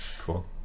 cool